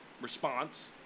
response